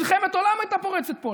מלחמת עולם הייתה פורצת פה.